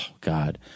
God